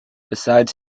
besides